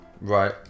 Right